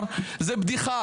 היוהרה.